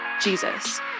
Jesus